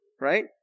right